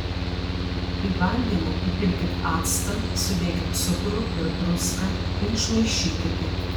į vandenį įpilkit actą sudėkit cukrų ir druską ir išmaišykite